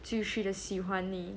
继续喜欢你